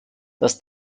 dass